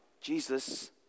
Jesus